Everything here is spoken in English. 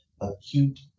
acute